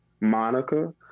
Monica